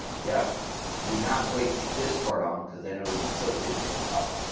yeah do not place this part on, because then it will be tilted up.